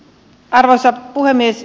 arvoisa puhemies